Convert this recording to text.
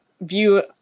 view